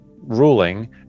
ruling